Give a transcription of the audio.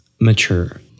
mature